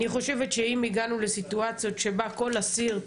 אני חושבת שאם הגענו לסיטואציות שבה כל אסיר,